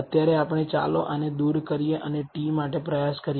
અત્યારે આપણે ચાલો આને દૂર કરીએ અને t માટે પ્રયાસ કરીએ